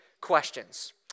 questions